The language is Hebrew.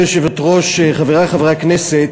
גברתי היושבת-ראש, חברי חברי הכנסת,